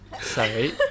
Sorry